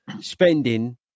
spending